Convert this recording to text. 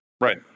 right